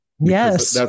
Yes